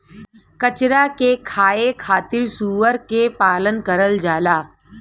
कचरा के खाए खातिर सूअर के पालन करल जाला